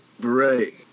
Right